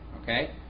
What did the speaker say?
Okay